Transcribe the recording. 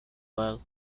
oil